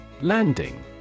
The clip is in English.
Landing